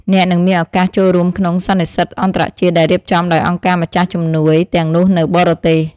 អ្នកនឹងមានឱកាសចូលរួមក្នុងសន្និសីទអន្តរជាតិដែលរៀបចំដោយអង្គការម្ចាស់ជំនួយទាំងនោះនៅបរទេស។